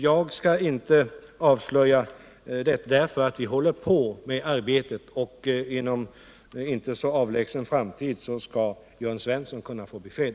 Jag skall inte avslöja mer för vi arbetar med denna fråga, och inom en inte allt för avlägsen framtid skall Jörn Svensson kunna få besked.